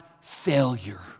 failure